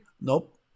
Nope